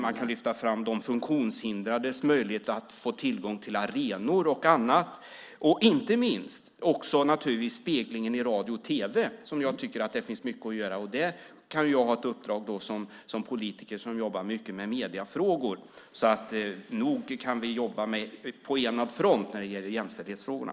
Man kan lyfta fram de funktionshindrades möjligheter att få tillgång till arenor och annat. Inte minst handlar det om speglingen i radio och tv. Där tycker jag att det finns mycket att göra, och där kan jag som politiker som jobbar mycket med mediefrågor ha ett uppdrag. Så nog kan vi jobba på enad front när det gäller jämställdhetsfrågorna.